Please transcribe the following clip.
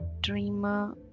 dreamer